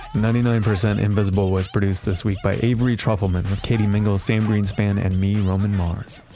ninety nine percent invisible was produced this week by avery trufelman with katie mingle, sam greenspan and me, roman mars